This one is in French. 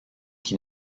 qui